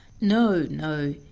no, no!